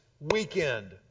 weekend